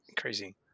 crazy